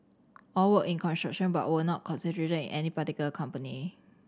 all worked in construction but were not concentrated in anybody company